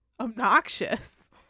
obnoxious